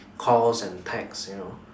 calls and text you know